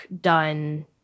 done